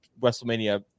WrestleMania